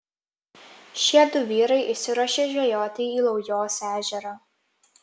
šie du vyrai išsiruošė žvejoti į laujos ežerą